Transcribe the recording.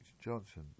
Johnson